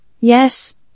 yes